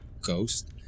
ghost